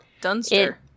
Dunster